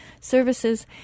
services